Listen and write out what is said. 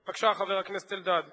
בבקשה, חבר הכנסת אלדד,